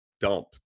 dump